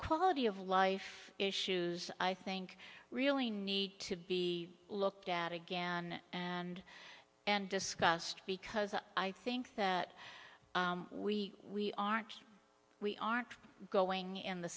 quality of life issues i think really need to be looked at again and and discussed because i think that we aren't we aren't going in the